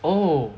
oh